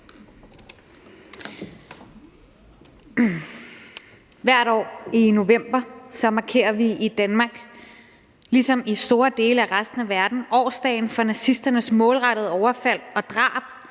Hvert år i november markerer vi i Danmark – ligesom i store dele af resten af verden – årsdagen for nazisternes målrettede overfald og drab